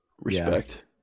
respect